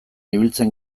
ibiltzen